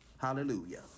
Hallelujah